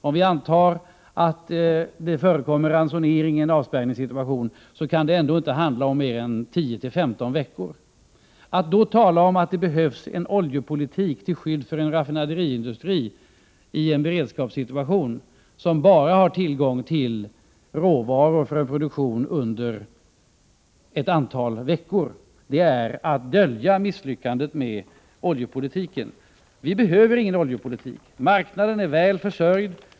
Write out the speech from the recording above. Om vi antar att det i en avspärrningssituation förekommer ransonering, kan det ändå inte handla om produktion för mer än 10-15 veckor. Att då tala om att det behövs en oljepolitik för att i en beredskapssituation säkra en raffinaderiindustri som har tillgång till råvaror för produktion bara under ett fåtal veckor är att dölja misslyckandet med oljepolitiken. Vi behöver ingen oljepolitik. Marknaden är väl försörjd.